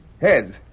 Heads